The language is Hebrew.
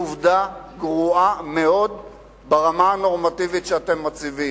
לנורמות של האנשים שיושבים כאן,